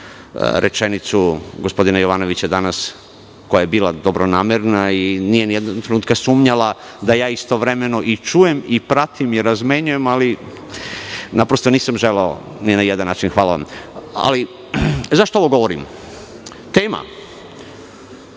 rečenicu gospodina Jovanovića danas koja je bila dobronamerna i nije nijednog trenutka sumnjala da istovremeno i čujem i pratim i razmenjujem, ali naprosto nisam želeo ni na jedan način. Hvala vam.Zašto ovo govorim? Tema